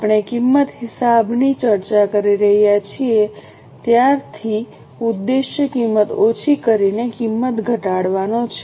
આપણે કિંમત હિસાબની ચર્ચા કરી રહ્યા છીએ ત્યારથી ઉદ્દેશ કિંમત ઓછી કરીને કિંમત ઘટાડવાનો છે